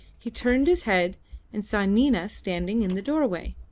he turned his head and saw nina standing in the doorway.